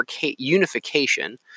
unification